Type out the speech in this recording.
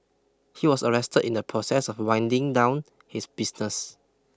he was arrested in the process of winding down his business